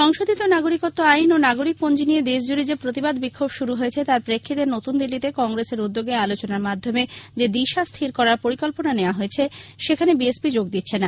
সংশোধিত নাগরিকত্ব আইন ও নাগরিক পঞ্জী নিয়ে দেশজুড়ে যে প্রতিবাদ বিক্ষোভ শুরু হয়েছে তার প্রেক্ষিতে নতুন দিল্লীতে কংগ্রেসের উদ্যোগে আলোচনার মাধ্যমে যে দিশা স্থির করার পরিকল্পনা নোয়া হয়এছে সেখানে বিএসপি যোগ দিচ্ছে না